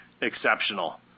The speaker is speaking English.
exceptional